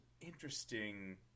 interesting –